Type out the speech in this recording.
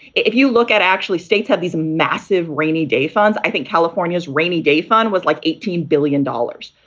if you look at actually states have these massive rainy day funds. i think california's rainy day fund was like eighteen billion dollars.